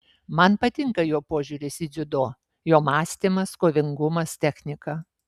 man patinka jo požiūris į dziudo jo mąstymas kovingumas technika